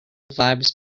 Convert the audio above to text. vibes